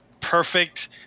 perfect